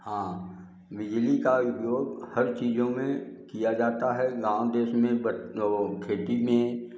हाँ बिजली का उपयोग हर चीजों में किया जाता है नाम देश में वो खेती में